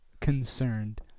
concerned